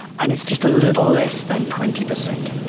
and it's just a little less than twenty percent.